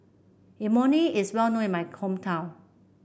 Imoni is well known in my hometown